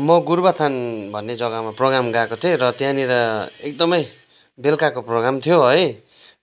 म गोरुबथान भन्ने जग्गामा प्रोगाम गएको थिएँ र त्यहाँनिर एकदमै बेलुकाको प्रोग्राम थियो है